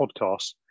podcast